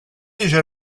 déjà